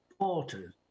porters